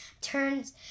turns